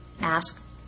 Ask